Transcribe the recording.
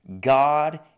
God